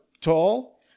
tall